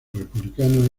republicano